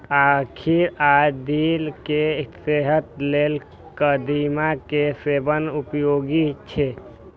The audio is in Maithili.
आंखि आ दिल केर सेहत लेल कदीमा के सेवन उपयोगी छै